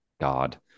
God